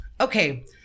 Okay